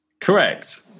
correct